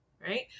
right